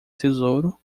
tesouro